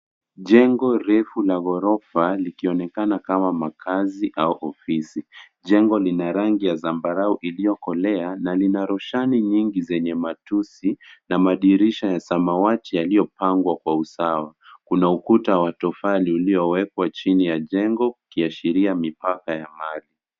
Jengo refu la ghorofa likionekana kama makaazi au ofisi. Jengo lina rangi ya zambarau iliyokolea na lina roshani nyingi zenye matusi na madirisha ya samwati yaliyopangwa kwa usawa. Kuna ukuta wa tofali iliyowekwa chini ya jengo, ukiashiria mipaka ya mali.